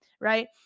Right